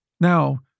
Now